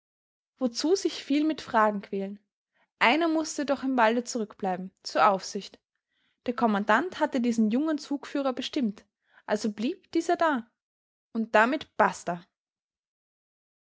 wozu sich viel mit fragen quälen einer mußte doch im walde zurückbleiben zur aufsicht der kommandant hatte diesen jungen zugführer bestimmt also blieb dieser da und damit basta